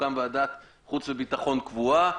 ותוקם ועדת חוץ וביטחון קבועה,